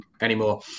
anymore